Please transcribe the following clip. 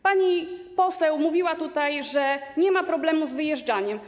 Pani poseł mówiła tutaj, że nie ma problemu z wyjeżdżaniem.